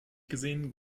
gesehen